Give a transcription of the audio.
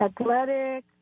athletic